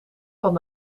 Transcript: van